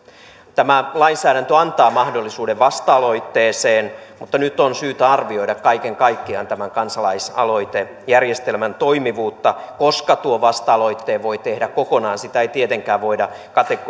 tämä lainsäädäntö antaa mahdollisuuden vasta aloitteeseen mutta nyt on syytä arvioida kaiken kaikkiaan tämän kansalaisaloitejärjestelmän toimivuutta koska tuon vasta aloitteen voi tehdä kokonaan sitä ei tietenkään voida